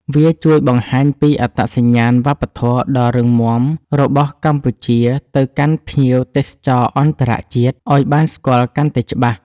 វាជួយបង្ហាញពីអត្តសញ្ញាណវប្បធម៌ដ៏រឹងមាំរបស់កម្ពុជាទៅកាន់ភ្ញៀវទេសចរអន្តរជាតិឱ្យបានស្គាល់កាន់តែច្បាស់។